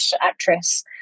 actress